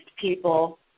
people